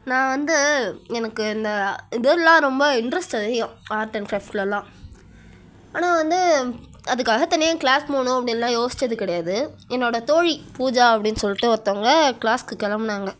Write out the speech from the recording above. நான் வந்து எனக்கு இந்த இதெல்லாம் ரொம்ப இன்ட்ரெஸ்ட் அதிகம் ஆர்ட் அண்ட் க்ரஃப்ட்லெலாம் ஆனால் வந்து அதுக்காக தனியா க்ளாஸ் போகணும் அப்படின்லாம் யோசிச்சது கிடையாது என்னோட தோழி பூஜா அப்படின் சொல்லிட்டு ஒருத்தவங்க க்ளாஸ்க்கு கிளம்னாங்க